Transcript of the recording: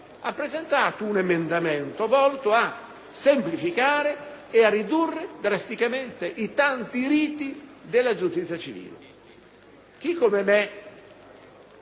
ha presentato un emendamento volto a semplificare e ridurre drasticamente i tanti riti della giustizia civile.